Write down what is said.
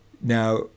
Now